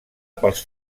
pels